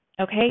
okay